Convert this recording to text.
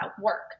work